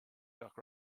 gach